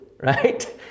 right